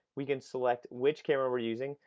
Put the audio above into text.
we can select which camera we're using.